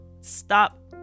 stop